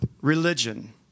religion